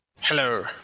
Hello